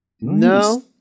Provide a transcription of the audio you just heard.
No